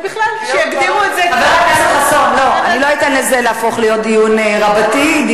בכלל, אני בעד שכל יום ישימו בסדר-היום של